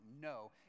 no